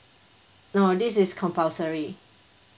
no this is compulsory